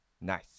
Nice